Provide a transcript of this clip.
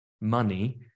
money